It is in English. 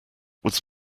was